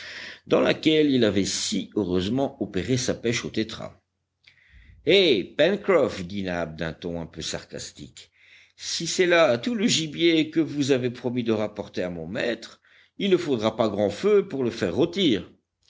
dans laquelle il avait si heureusement opéré sa pêche aux tétras eh pencroff dit nab d'un ton un peu sarcastique si c'est là tout le gibier que vous avez promis de rapporter à mon maître il ne faudra pas grand feu pour le faire rôtir